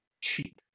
cheap